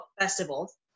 festivals